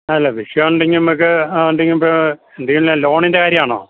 അല്ല വിഷയമുണ്ടെങ്കിൽ നമുക്ക് എന്തെങ്കിലും പാ എന്തെങ്കിലും ലോണിൻ്റെ കാര്യമാണോ